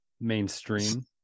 mainstream